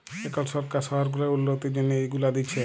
এখল সরকার শহর গুলার উল্ল্যতির জ্যনহে ইগুলা দিছে